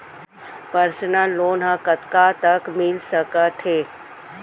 Personal loan ह कतका तक मिलिस सकथे?